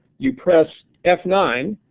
you press f nine.